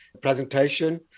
presentation